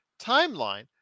timeline